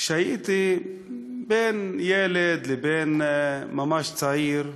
כשהייתי בין ילד לבין ממש צעיר,